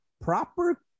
proper